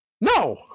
No